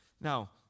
Now